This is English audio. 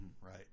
right